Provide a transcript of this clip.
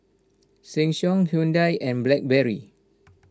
Sheng Siong Hyundai and Blackberry